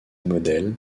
modèle